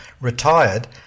retired